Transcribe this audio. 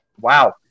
wow